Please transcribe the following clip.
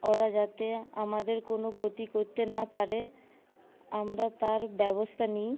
ওরা যাতে আমাদের কোনো ক্ষতি করতে না পারে আমরা তার ব্যবস্থা নিই